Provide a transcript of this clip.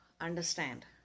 understand